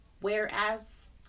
Whereas